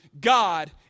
God